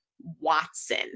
Watson